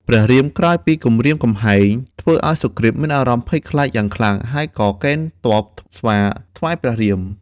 ព្រះរាមក្រោយពីគំរាមកំហែង ធ្វើឲ្យសុគ្រីតមានអារម្មណ៍ភ័យខ្លាចយ៉ាងខ្លាំង ហើយក៏កេណ្ឌទ័ពស្វាថ្វាយព្រះរាម។